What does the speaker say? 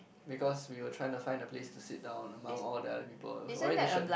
because we were trying to find a place to sit down among all the other people it was orientation